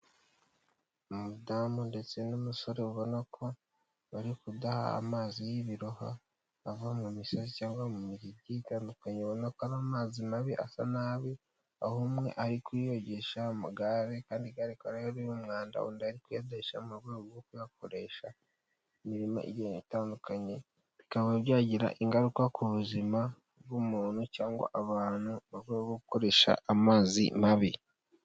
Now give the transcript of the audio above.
Umudamu ndetse n'umusore ubona ko bari kudaha amazi y'ibiroha, ava mu misozi cyangwa mu mihigi itandukanye, ubona ko amazi mabi asa nabi, aho umwe ari kuyogisha amagare, kandi igare rikaba ririho umwanda, undi ari kuyadahisha mu rwego rwo kuyakoresha imirimo igenda itandukanye, bikaba byagira ingaruka ku buzima bw'umuntu cyangwa abantu, baba bakoresha amazi mabi.